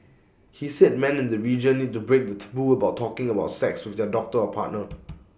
he said men in the region need to break the taboo about talking about sex with their doctor or partner